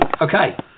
Okay